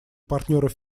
партнеров